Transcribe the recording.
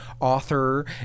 author